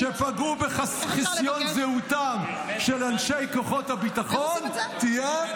-- שפגעו בחסיון זהותם של אנשי כוחות הביטחון תהיה,